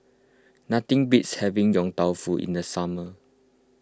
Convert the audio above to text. nothing beats having Yong Tau Foo in the summer